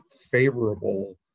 favorable